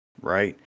right